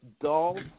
dull